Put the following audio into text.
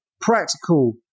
practical